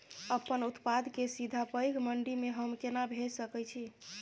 अपन उत्पाद के सीधा पैघ मंडी में हम केना भेज सकै छी?